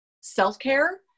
self-care